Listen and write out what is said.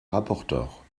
rapporteure